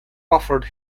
offered